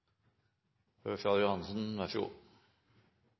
Ørsal Johansen.